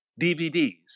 DVDs